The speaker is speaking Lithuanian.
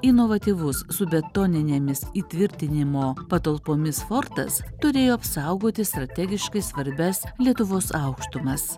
inovatyvus su betoninėmis įtvirtinimo patalpomis fortas turėjo apsaugoti strategiškai svarbias lietuvos aukštumas